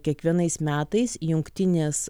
kiekvienais metais jungtinės